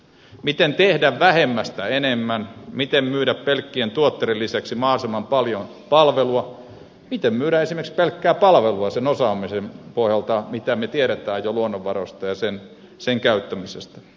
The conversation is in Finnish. miten tehdä vähemmästä enemmän miten myydä pelkkien tuotteiden lisäksi mahdollisimman paljon palvelua miten myydä esimerkiksi pelkkää palvelua sen osaamisen pohjalta mitä me tiedämme jo luonnonvaroista ja sen käyttämisestä